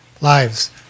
lives